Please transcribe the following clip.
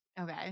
Okay